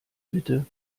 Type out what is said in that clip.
bitte